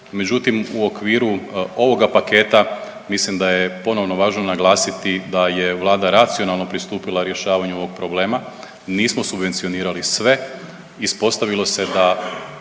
Međutim, u okviru ovoga paketa mislim da je ponovno važno naglasiti da je Vlada racionalno pristupila rješavanju ovog problema. Nismo subvencionirali sve. Ispostavilo se da